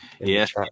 yes